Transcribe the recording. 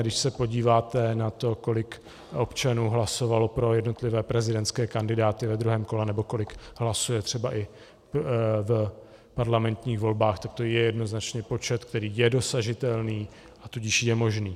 Když se podíváte na to, kolik občanů hlasovalo pro jednotlivé prezidentské kandidáty ve druhém kole nebo kolik hlasuje třeba i v parlamentních volbách, tak to je jednoznačně počet, který je dosažitelný, a tudíž je možný.